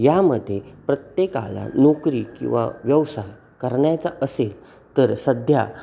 यामध्ये प्रत्येकाला नोकरी किंवा व्यवसाय करण्याचा असेल तर सध्या